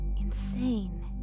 insane